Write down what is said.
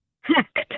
hacked